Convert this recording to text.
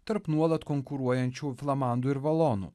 tarp nuolat konkuruojančių flamandų ir valonų